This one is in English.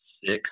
six